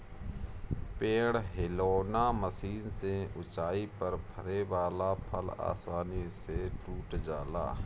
पेड़ हिलौना मशीन से ऊंचाई पर फरे वाला फल आसानी से टूट जाला